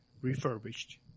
refurbished